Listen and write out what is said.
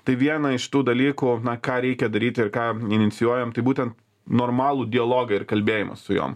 tai vieną iš tų dalykų na ką reikia daryti ir ką inicijuojam tai būtent normalų dialogą ir kalbėjimą su jom